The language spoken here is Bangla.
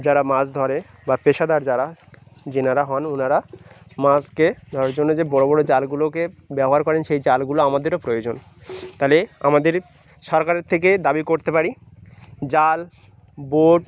যারা মাছ ধরে বা পেশাদার যারা যেনারা হন ওনারা মাছকে ধরার জন্য যে বড় বড় জালগুলোকে ব্যবহার করেন সেই জালগুলো আমাদেরও প্রয়োজন তাহলে আমাদের সরকারের থেকে দাবি করতে পারি জাল বোট